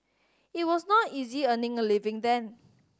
it was not easy earning a living then